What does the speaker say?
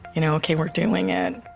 you know okay, we're doing it.